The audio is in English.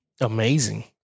amazing